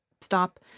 stop